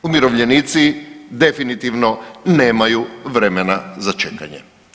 Ne, umirovljenici definitivno nemaju vremena za čekanje.